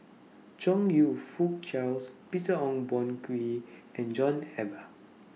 Chong YOU Fook Charles Peter Ong Boon Kwee and John Eber